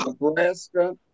Nebraska